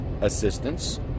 assistance